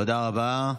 תודה רבה.